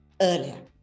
earlier